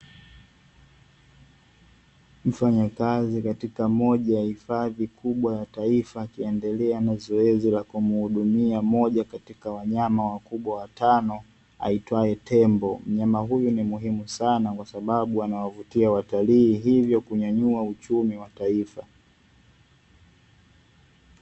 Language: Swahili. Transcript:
Mfanya katika moja ya hifadhi kubwa ya taifa, akiendelea na zoezi la kumhudumia mmoja katika wanyama wakubwa wataano, aitwaye tembo. Mnyama huyu ni muhimu sana kwa sababu anawavutia watalii, hivyo kunyanyua uchumi wa taifa.